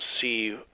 see